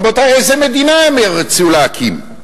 רבותי, איזה מדינה הם ירצו להקים?